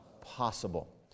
possible